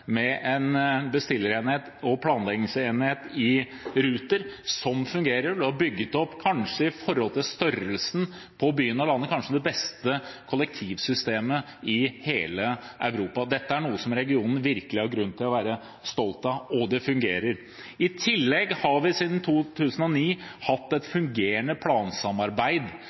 med en bestillerenhet og en planleggingsenhet i Ruter – som fungerer. Man har bygget opp kanskje det beste kollektivsystemet i hele Europa i forhold til størrelsen på byen. Dette er noe som regionen virkelig har grunn til å være stolt av – og det fungerer. I tillegg har vi siden 2009 hatt et